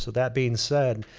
so that being said,